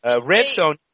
Redstone